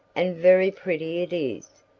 and very pretty it is,